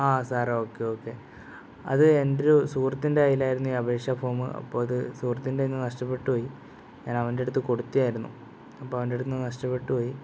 ആ സാറെ okay okay അത് എൻ്റെയൊരു സുഹൃത്തിൻ്റെ കയ്യിലായിരുന്നു ഈ അപേക്ഷാ ഫോമ് അപ്പോൾ അത് സുഹൃത്തിൻ്റെ കയ്യിൽ നിന്ന് നഷ്ടപ്പെട്ടുപോയി ഞാൻ അവൻ്റെ അടുത്ത് കൊടുത്തത് ആയിരുന്നു അപ്പോൾ അവൻ്റെ അടുത്തു നിന്ന് നഷ്ടപ്പെട്ടുപോയി